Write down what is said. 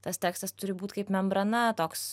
tas tekstas turi būt kaip membrana toks